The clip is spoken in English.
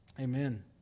amen